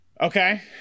Okay